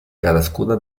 cadascuna